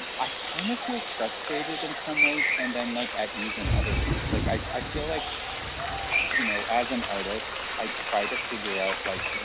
i kinda kind of feel frustrated in some ways, and then like at ease in other ways. like i feel like you know as an artist, i try to figure out like